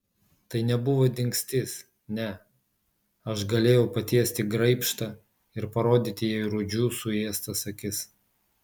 tai nebuvo dingstis ne aš galėjau patiesti graibštą ir parodyti jai rūdžių suėstas akis